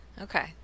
Okay